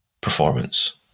performance